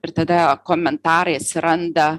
ir tada komentarai atsiranda